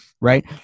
Right